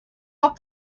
off